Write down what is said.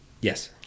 yes